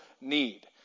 need